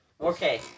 Okay